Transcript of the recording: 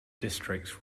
districts